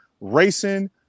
racing